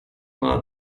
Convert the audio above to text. mal